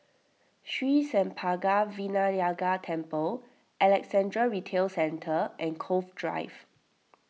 Sri Senpaga Vinayagar Temple Alexandra Retail Centre and Cove Drive